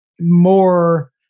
more